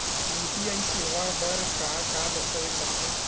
UPI सेवा बर का का दस्तावेज लगथे?